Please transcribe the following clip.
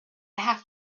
have